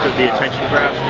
be attention graph?